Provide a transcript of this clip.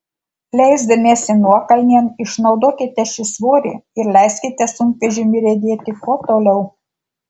leisdamiesi nuokalnėn išnaudokite šį svorį ir leiskite sunkvežimiui riedėti kuo toliau